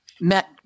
met